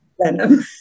Venom